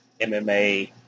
MMA